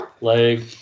leg